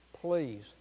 Please